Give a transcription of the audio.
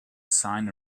sign